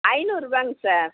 ஐந்நூறுரூவாங்க sir